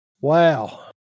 Wow